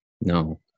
No